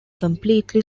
completely